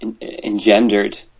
engendered